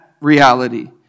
reality